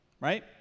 right